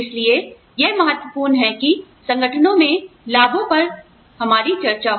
इसलिए यह महत्वपूर्ण है कि संगठनों में लाभों पर हमारी चर्चा हो